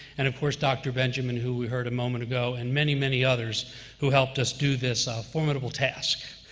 and of course dr. benjamin, who we heard a moment ago, and many, many others who helped us do this formidable task.